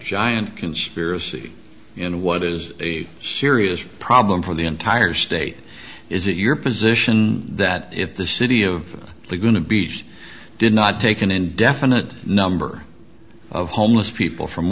giant conspiracy in what is a serious problem for the entire state is it your position that if the city you are going to beach did not take an indefinite number of homeless people from